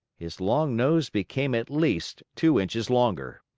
his long nose became at least two inches longer.